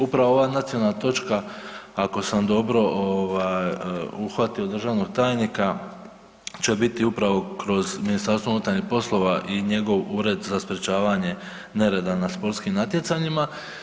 Upravo ova nacionalna točka, ako sam dobro ovaj uhvatio državnog tajnika će biti upravo kroz MUP i njegov Ured za sprječavanje nereda na sportskim natjecanjima.